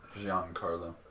Giancarlo